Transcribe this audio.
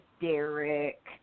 Derek